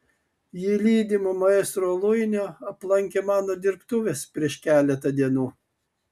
ji lydima maestro luinio aplankė mano dirbtuves prieš keletą dienų